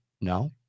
no